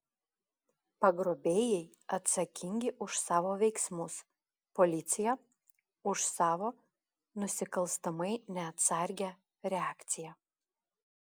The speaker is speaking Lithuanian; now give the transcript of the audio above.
pagrobėjai atsakingi už savo veiksmus policija už savo nusikalstamai neatsargią reakciją